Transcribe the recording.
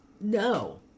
no